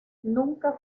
nunca